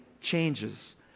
changes